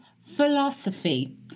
philosophy